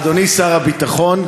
אדוני שר הביטחון,